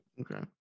okay